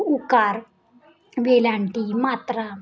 उकार वेलांटी मात्रा